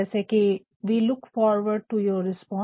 जैसे की we look forward to your response